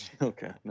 okay